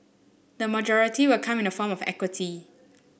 the majority will come in the form of equity